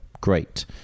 Great